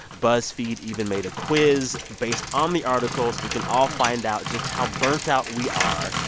buzzfeed even made a quiz based on the article, so we can all find out just how burnt out we are.